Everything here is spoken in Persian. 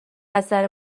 اثر